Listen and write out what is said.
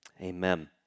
amen